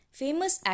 famous